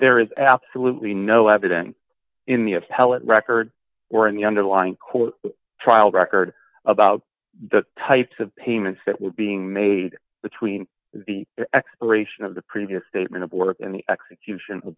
there is absolutely no evidence in the appellate record or in the underlying court trial record about the types of payments that were being made between the expiration of the previous statement of work and the execution